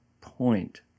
point